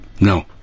No